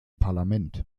parlament